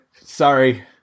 sorry